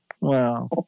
Wow